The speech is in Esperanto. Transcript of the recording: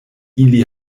ili